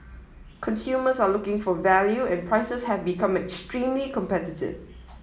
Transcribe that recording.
consumers are looking for value and prices have become extremely competitive